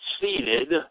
seated